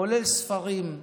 כולל ספרים.